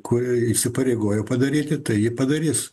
kuri įsipareigojo padaryti tai ji padarys